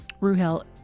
Ruhel